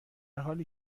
حالی